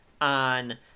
on